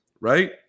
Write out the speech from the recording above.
right